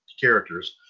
characters